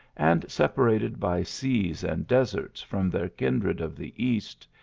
and separated by seas and deserts from their kindred of the east,